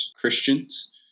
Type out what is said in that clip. Christians